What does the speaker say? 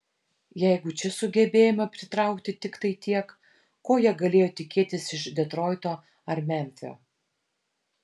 jeigu čia sugebėjome pritraukti tiktai tiek ko jie galėjo tikėtis iš detroito ar memfio